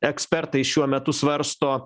ekspertai šiuo metu svarsto